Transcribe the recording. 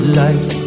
life